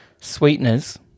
Sweeteners